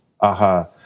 aha